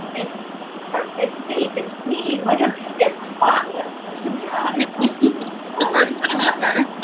it's it's per it's safe, it's clean, like ah it's spotless, to be honest the first time ever!